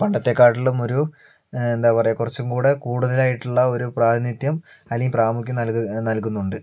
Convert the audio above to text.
പണ്ടത്തേക്കാട്ടിലും ഒരു എന്താ പറയുക കുറച്ചുകൂടെ കൂടുതലായിട്ടുള്ള ഒരു പ്രാതിനിധ്യം അല്ലെങ്കിൽ പ്രാമുഖ്യം നൽകുന്നുണ്ട്